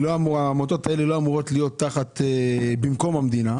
העמותות האלה לא אמורות להיות במקום המדינה,